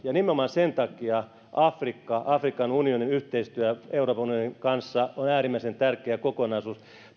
ja nimenomaan sen takia afrikan unionin yhteistyö euroopan unionin kanssa on äärimmäisen tärkeä kokonaisuus